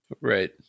right